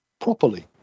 properly